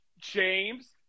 James